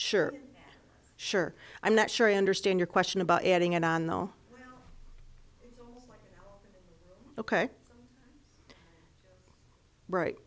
sure sure i'm not sure i understand your question about adding and on though ok right